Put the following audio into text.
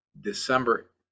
December